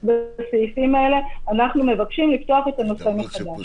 בסעיפים האלה אנחנו מבקשים לפתוח את הנושא הזה מחדש.